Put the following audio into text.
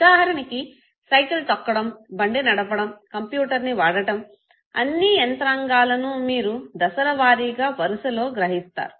ఉదాహరణకి సైకిల్ తొక్కడం బండి నడపడం కంప్యూటర్ని వాడటం అన్ని యంత్రంగాలను మీరు దశల వారీగా వరుసలో గ్రహిస్తారు